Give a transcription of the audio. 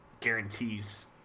guarantees